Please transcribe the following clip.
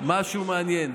משהו מעניין.